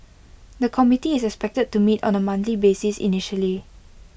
the committee is expected to meet on A monthly basis initially